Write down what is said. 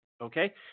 okay